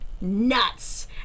nuts